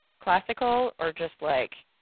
classical or just like,